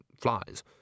flies